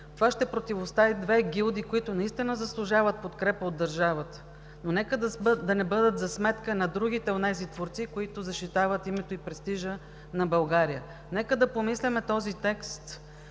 ще противопостави две гилдии, които наистина заслужават подкрепа от държавата, но нека да не бъдат за сметка на другите онези творци, които защитават името и престижа на България. Нека да помислим каква